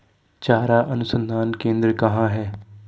चारा अनुसंधान केंद्र कहाँ है?